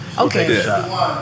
Okay